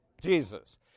Jesus